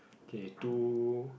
okay two